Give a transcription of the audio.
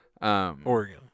Oregon